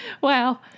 Wow